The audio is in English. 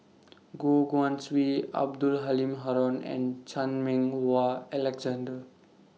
Goh Guan Siew Abdul Halim Haron and Chan Meng Wah Alexander